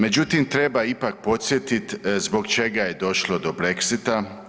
Međutim, treba ipak podsjetit zbog čega je došlo do Brexita.